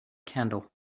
candle